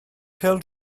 pêl